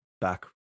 back